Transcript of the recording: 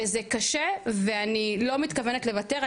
וזה קשה ואני לא מתכוונת לוותר,